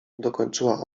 dokończyła